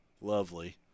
lovely